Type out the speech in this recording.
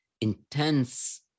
intense